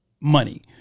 money